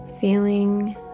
Feeling